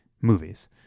Movies